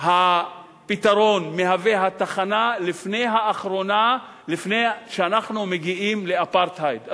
את התחנה לפני האחרונה לפני שאנחנו מגיעים לאפרטהייד,